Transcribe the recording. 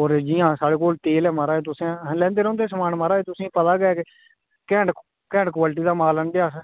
होर जियां साढ़े कोल तेल ऐ महारजा तुसें अहें लैंदे रौंह्दे समान महाराज तुसेंगी पता गै के कैंट क्वॉलिटी दा माल आह्नने अस